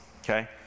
okay